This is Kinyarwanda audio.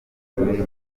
gikomeye